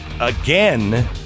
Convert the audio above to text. again